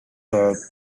their